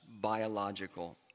biological